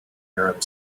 arab